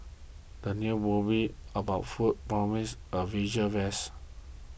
the new movie about food promises a visual